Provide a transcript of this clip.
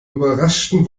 überraschten